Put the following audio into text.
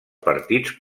partits